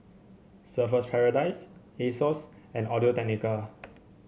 Surfer's Paradise Asos and Audio Technica